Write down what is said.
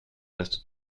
restent